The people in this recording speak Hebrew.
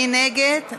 מי נגד?